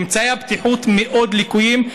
אמצעי הבטיחות מאוד לקויים,